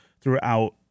throughout